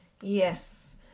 Yes